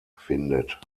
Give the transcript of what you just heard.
findet